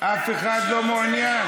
אף אחד לא מעוניין?